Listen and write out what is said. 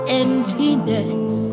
emptiness